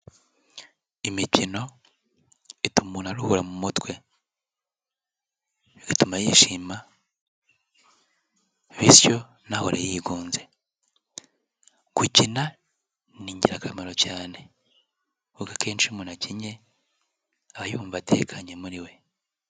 Imikino ituma umuntu aruhura mu mutwe bituma yishima bityo ntahore yigunze, gukina ni ingirakamaro cyane kuko akenenshi iyo umuntu akinnye aba yumva atekanye muri we.